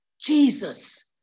Jesus